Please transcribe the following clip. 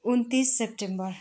उन्तिस सेप्टेम्बर